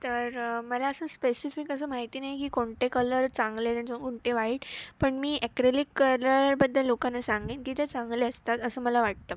तर मला असं स्पेसिफिक असं माहिती नाही की कोणते कलर चांगले आहेत आणि कोणते वाईट पण मी अॅक्रॅलिक कलरबद्दल लोकांना सांगेन की ते चांगले असतात असं मला वाटतं